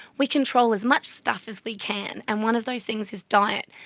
we control as much stuff as we can, and one of those things is diet.